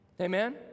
Amen